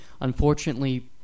Unfortunately